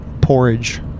porridge